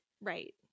right